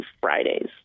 Fridays